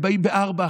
הם באים ב-04:00,